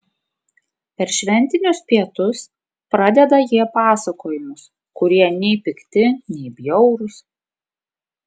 per šventinius pietus pradeda jie pasakojimus kurie nei pikti nei bjaurūs